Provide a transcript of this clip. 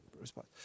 response